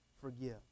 forgive